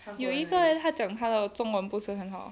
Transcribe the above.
有一个他讲他的中文不是很好